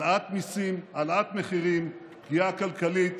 העלאת מיסים, העלאת מחירים, פגיעה כלכלית